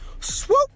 Swoop